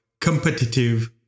competitive